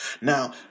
Now